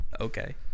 Okay